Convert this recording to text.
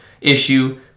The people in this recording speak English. issue